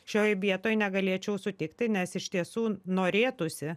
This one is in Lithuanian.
šioj vietoj negalėčiau sutikti nes iš tiesų norėtųsi